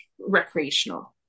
recreational